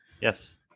Yes